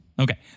Okay